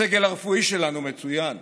הסגל הרפואי שלנו מצוין,